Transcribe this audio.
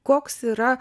koks yra